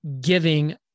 giving